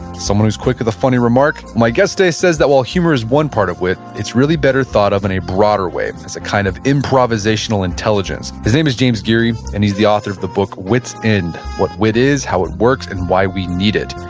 someone who's quick to the funny remark? my guest today says that while humor is one part of width, it's really better thought of in a broader way as a kind of improvisational intelligence. his name is james geary, and he's the author of the book wit's end what wit is, how it works, and why we need it.